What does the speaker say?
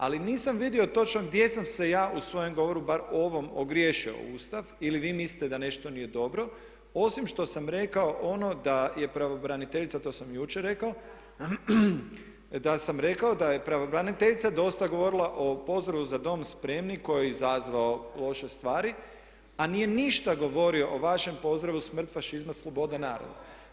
Ali nisam vidio točno gdje sam se ja u svojem govoru barem ovom ogriješio o Ustav ili vi mislite da nešto nije dobro osim što sam rekao ono da je pravobraniteljica, to sam i jučer rekao, da sam rekao da je pravobraniteljica dosta govorila o pozdravu „za dom spremni“ koji je izazvao loše stvari, a nije ništa govorio o vašem pozdravu „smrt fašizmu sloboda narodu“